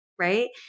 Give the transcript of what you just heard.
Right